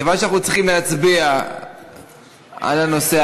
כיוון שאנחנו צריכים להצביע על הנושא,